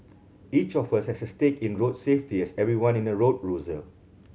each of us has a stake in road safety as everyone in a road user